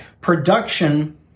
production